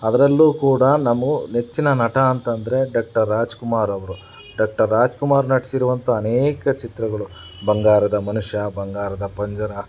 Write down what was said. ಅದರಲ್ಲೂ ಕೂಡ ನಮ್ಗೆ ನೆಚ್ಚಿನ ನಟ ಅಂತ ಅಂದರೆ ಡಾಕ್ಟರ್ ರಾಜ್ಕುಮಾರ್ ಅವರು ಡಾಕ್ಟರ್ ರಾಜ್ಕುಮಾರ್ ನಟಿಸಿರುವಂತಹ ಅನೇಕ ಚಿತ್ರಗಳು ಬಂಗಾರದ ಮನುಷ್ಯ ಬಂಗಾರದ ಪಂಜರ